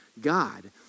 God